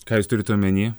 ką jūs turit omenyje